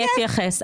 אני אתייחס.